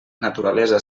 naturalesa